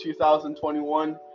2021